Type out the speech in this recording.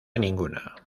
ninguna